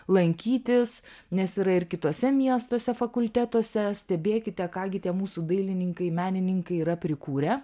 lankytis nes yra ir kituose miestuose fakultetuose stebėkite ką gi tie mūsų dailininkai menininkai yra prikūrę